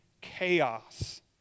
chaos